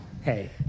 Hey